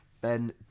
Ben